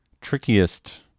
trickiest